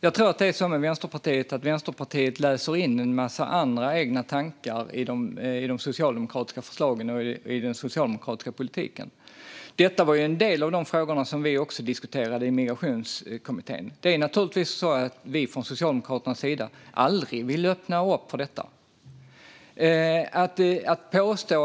Fru talman! Jag tror att Vänsterpartiet läser in en massa egna tankar i de socialdemokratiska förslagen och i den socialdemokratiska politiken. Detta var en av de frågor som vi diskuterade i Migrationskommittén. Det är naturligtvis så att vi från Socialdemokraternas sida aldrig vill öppna för detta.